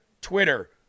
twitter